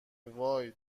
وای